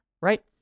right